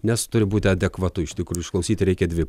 nes turi būti adekvatu iš tikrųjų išklausyti reikia dvi